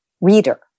reader